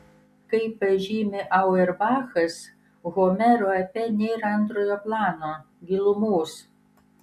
kaip pažymi auerbachas homero epe nėra antrojo plano gilumos